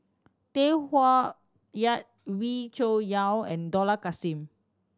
Tay Koh Yat Wee Cho Yaw and Dollah Kassim